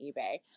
eBay